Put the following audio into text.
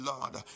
Lord